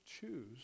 choose